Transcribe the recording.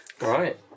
Right